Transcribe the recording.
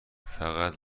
فقط